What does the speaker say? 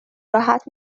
راحت